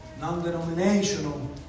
non-denominational